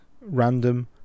random